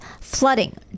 flooding